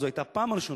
זו היתה הפעם הראשונה,